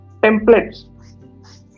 templates